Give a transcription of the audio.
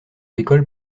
l’école